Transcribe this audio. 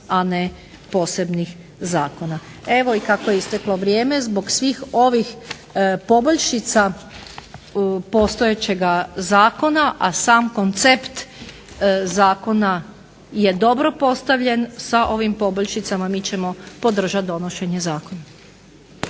a ne posebnih zakona. Evo i kako je isteklo vrijeme zbog svih ovih poboljšica postojećega zakona, a sam koncept zakona je dobro postavljen sa ovim poboljšicama mi ćemo podržati donošenje zakona.